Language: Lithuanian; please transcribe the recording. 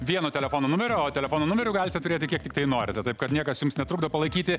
vieno telefono numerio o telefono numeriu galite turėti kiek tiktai norite taip kad niekas jums netrukdo palaikyti